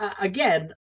again